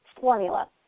formula